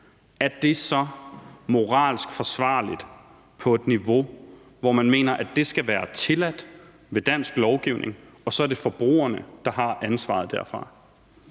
er det så moralsk forsvarligt på et niveau, hvor man mener, at det skal være tilladt ved dansk lovgivning, og så er det forbrugerne, der har ansvaret derfra?